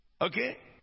Okay